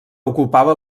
ocupava